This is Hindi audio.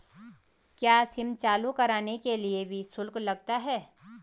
क्या सिम चालू कराने के लिए भी शुल्क लगता है?